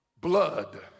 blood